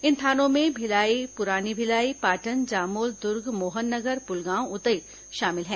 इन थानों में भिलाई पुरानी भिलाई पाटन जामुल दुर्ग मोहन नगर पुलगांव उतई शामिल हैं